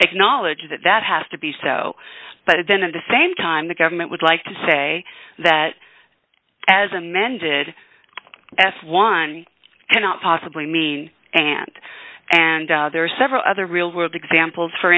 acknowledge that that has to be so but then at the same time the government would like to say that as amended as one cannot possibly mean and and there are several other real world examples for